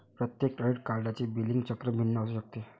प्रत्येक क्रेडिट कार्डचे बिलिंग चक्र भिन्न असू शकते